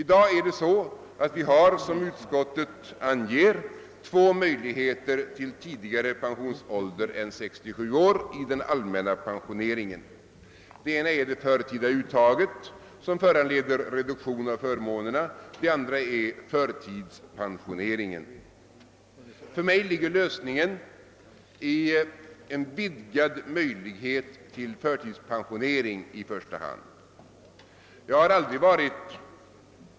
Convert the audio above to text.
I dag har vi, som framgår av utskottsutlåtandet, två möjligheter till tidigare pensionsålder än 67 år i den allmänna pensioneringen. Den ena är det förtida uttaget, som föranleder reduktion av förmånerna, och den andra är förtidspensioneringen. För mig ligger lösningen i en vidgad möjlighet till förtidspensionering.